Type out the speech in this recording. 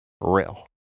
real